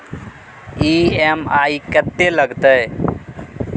EMI कत्ते लगतै?